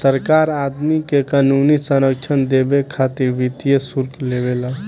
सरकार आदमी के क़ानूनी संरक्षण देबे खातिर वित्तीय शुल्क लेवे ला